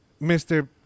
Mr